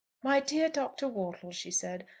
my dear doctor wortle, she said,